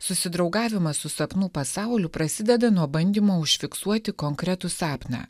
susidraugavimas su sapnų pasauliu prasideda nuo bandymo užfiksuoti konkretų sapną